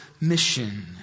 mission